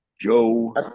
Joe